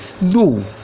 No